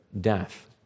death